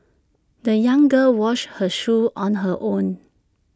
the young girl washed her shoes on her own